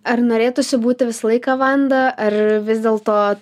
ar norėtųsi būti visą laiką vanda ar vis dėlto